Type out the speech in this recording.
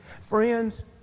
Friends